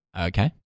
Okay